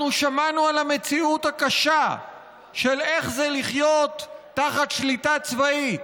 אנחנו שמענו על המציאות הקשה של איך זה לחיות תחת שליטה צבאית,